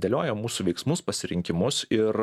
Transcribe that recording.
dėlioja mūsų veiksmus pasirinkimus ir